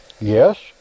Yes